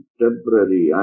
temporary